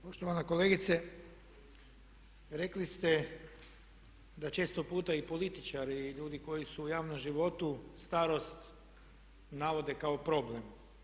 Poštovana kolegice, rekli ste da često puta i političari i ljudi koji su u javnom životu starost navode kao problem.